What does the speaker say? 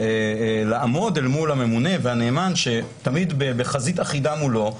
לעמוד אל מול הממונה והנאמן שתמיד בחזית אחידה מולו,